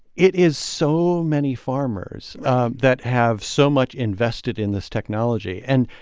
it is so many farmers that have so much invested in this technology. and,